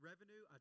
Revenue